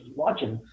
watching